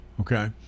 okay